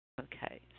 Okay